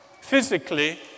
Physically